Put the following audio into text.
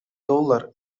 доллар